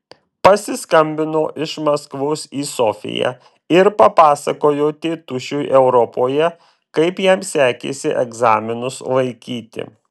pasiskambino iš maskvos į sofiją ir papasakojo tėtušiui europoje kaip jam sekėsi egzaminus laikyti